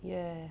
ya